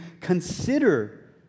consider